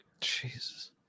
Jesus